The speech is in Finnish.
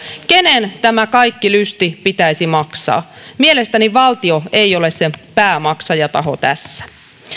kenen tämä kaikki lysti pitäisi maksaa mielestäni valtio ei ole se päämaksajataho tässä